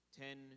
ten